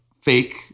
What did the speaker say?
fake